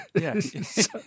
Yes